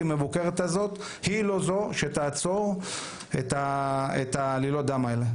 מבוקרת הזאת היא לא זו שתעצור את עלילות הדם האלה.